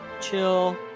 chill